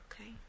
Okay